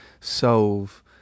solve